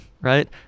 right